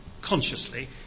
consciously